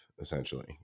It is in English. essentially